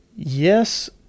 Yes